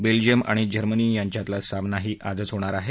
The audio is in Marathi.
बेल्जियम आणि जर्मनी यांच्यातला सामनाही आजच होणार आहे